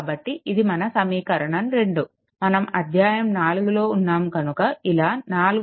కాబట్టి ఇది మన సమీకరణం 2 మనం అధ్యాయం 4 లో ఉన్నాము కనుక ఇలా 4